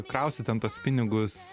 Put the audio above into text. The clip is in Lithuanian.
krausi ten tuos pinigus